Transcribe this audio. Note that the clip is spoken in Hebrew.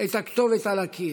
את הכתובת על הקיר.